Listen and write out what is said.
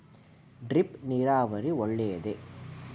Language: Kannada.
ಡ್ರಿಪ್ ನೀರಾವರಿ ಒಳ್ಳೆಯದೇ?